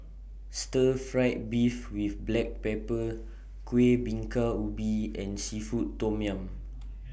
Stir Fried Beef with Black Pepper Kueh Bingka Ubi and Seafood Tom Yum